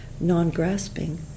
non-grasping